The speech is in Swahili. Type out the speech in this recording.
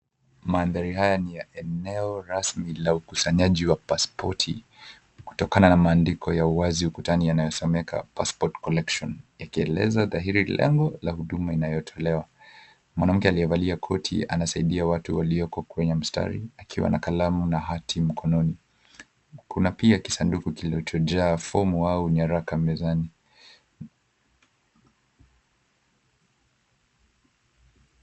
Maandhari haya ni ya eneo rasmi la ukusanyaji wa passpoti kutokana na maandiko ya uwazi ukutani yanayosomeka Passport Collection yakieleza dhahiri lengo la huduma inayotolewa. Mwanamke aliyevalia koti anasaidia watu walioko kwenye mstari akiwa na kalamu na hati mkononi. Kuna pia kisanduku kilichojaa fomu au nyaraka mezani.